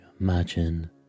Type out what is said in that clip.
imagine